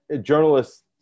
journalists